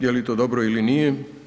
Jeli to dobro ili nije?